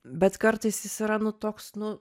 bet kartais jis yra toks nu